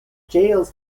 jails